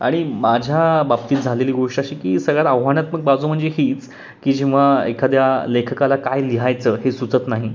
आणि माझ्या बाबतीत झालेली गोष्ट अशी की सगळ्यात आव्हानात्मक बाजू म्हणजे हीच की जेव्हा एखाद्या लेखकाला काय लिहायचं हे सुचत नाही